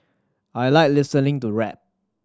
I like listening to rap